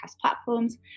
platforms